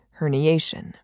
herniation